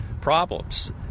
problems